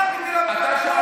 אחד בתל אביב אתה,